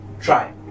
try